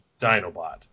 Dinobot